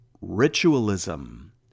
Ritualism